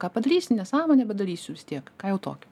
ką padarysi nesąmonė bet darysiu vis tiek ką jau tokio